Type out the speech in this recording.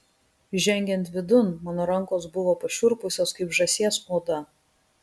žengiant vidun mano rankos buvo pašiurpusios kaip žąsies oda